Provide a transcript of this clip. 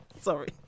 sorry